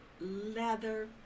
leather